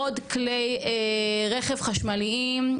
עוד כלי רכב חשמליים,